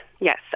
Yes